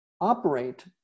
operate